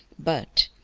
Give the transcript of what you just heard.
but,